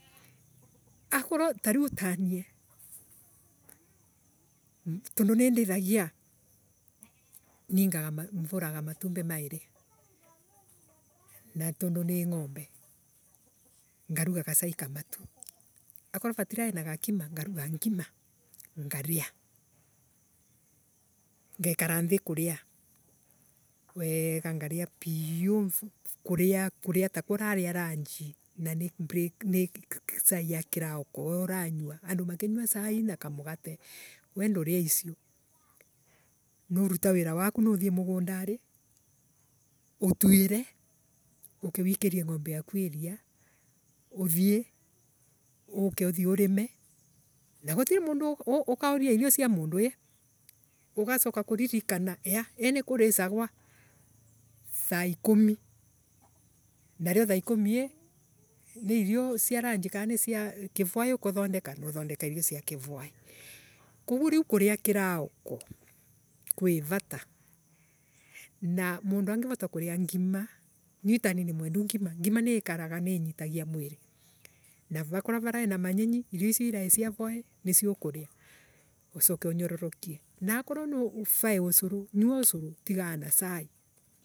Akorwo tariu tanie tondu nindithagia ningaga Mvuraga matumbi maiirii na tondu ni ngombe ngaruga gacai kamatu. Akorwovatiraina gakima ngaruga ngima ngaria. Ngekara nthii kuria weega ngaria piuu kuria takwa uraria lanji na ni brea Cai ya kirauko we uranyua. Andu makinyua cai nakamugate we ndurie icio nuruta wira waku nuthie mugundari utuire uke wikerie ngombe yaku ria. uthie uke uthie urime na gutire mundu ukauria irio cia mundu ii. Ugacoka kuririkana eyaa ii ni kuricagwa thaa ikumi. Nayo thao ikumi ii ni irio cia lanji kana ni cia kivwaii ukuthondeka. Nuuthondeka irio cia kivwaii. Koguo riu kuria kiraukoo kwi vata na mundu angivota kuria ngima. nie tanie ni mwega ngima. ngima ni ikaraga niinitagia mwiri na vakorwo varaii na manyenyi. trio icio cia vwaii nicio nguria. Uco Unyururukie. Naakorwo no Vaii ucuru nyua ucuru tiga cai.